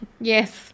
Yes